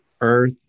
earth